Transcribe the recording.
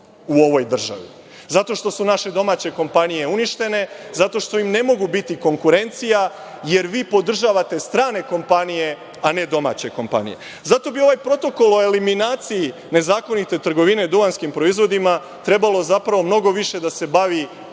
u ovoj državi, zato što su naše domaće kompanije uništene, zato što im ne mogu biti konkurencija, jer vi podržavate strane kompanije, a ne domaće kompanije. Zato bi ovaj protokol o eliminaciji nezakonite trgovine duvanskim proizvodima trebalo zapravo mnogo više da se bavi nezakonitim